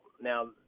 Now